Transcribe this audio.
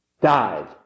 died